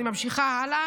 אני ממשיכה הלאה.